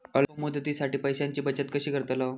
अल्प मुदतीसाठी पैशांची बचत कशी करतलव?